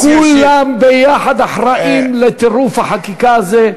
כולם ביחד אחראים לטירוף החקיקה הזה,